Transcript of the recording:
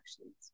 actions